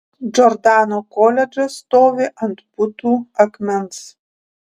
džordano koledžas stovi ant putų akmens